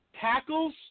tackles